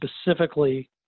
specifically